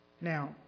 Now